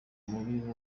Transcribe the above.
mubi